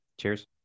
Cheers